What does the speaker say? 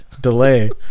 delay